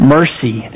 Mercy